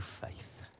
faith